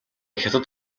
хятад